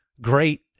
great